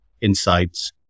insights